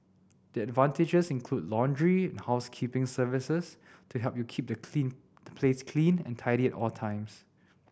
the advantages include laundry and housekeeping services to help you keep the clean the place clean and tidy at all times